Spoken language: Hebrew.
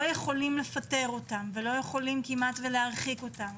יכולים לפטר אותם ולא יכולים כמעט להרחיק אותם.